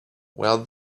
well